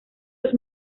los